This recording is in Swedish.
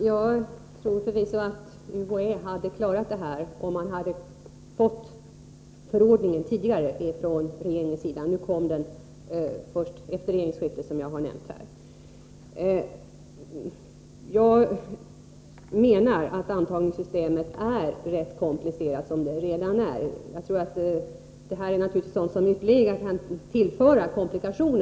Nr 127 Herr talman! UHÄ hade förvisso klarat detta, om man från regeringens NT å Så : 5 Tisdagen den sida tidigare utfärdat förordningen. Nu kom den, som jag nämnt här, först 24 april 1984 efter regeringsskiftet. Jag menar att antagningssystemet är rätt komplicerat som det är redan nu, Ombarnmorskedtoch de nya reglerna innebär naturligtvis sådant som ytterligare kan tillföra bildningen komplikationer.